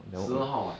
十二号 what